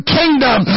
kingdom